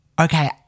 okay